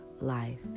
life